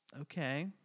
okay